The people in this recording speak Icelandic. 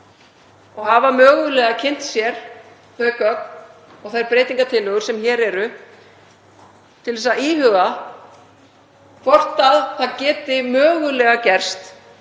og hafa mögulega kynnt sér þau gögn og þær breytingartillögur sem hér eru til að íhuga hvort það geti mögulega gerst